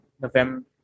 November